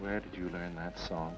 where did you learn that song